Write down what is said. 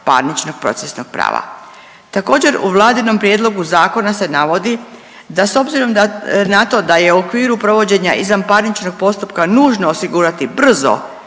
parničnog procesnog prava. Također u Vladinom prijedlogu zakona se navodi da s obzirom da, na to da je u okviru provođenja izvanparničnog postupka nužno osigurati brzo,